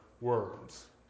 words